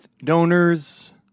Donors